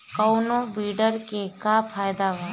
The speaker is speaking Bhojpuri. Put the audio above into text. कौनो वीडर के का फायदा बा?